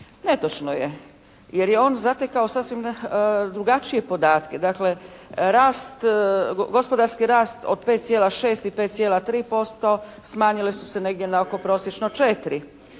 Netočno je jer je on zatekao sasvim drugačije podatke. Dakle, gospodarski rast od 5,6 i 5,3% smanjili su se na negdje oko prosječno 4.